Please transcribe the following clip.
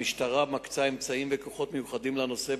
המשטרה מקצה אמצעים וכוחות מיוחדים לנושא,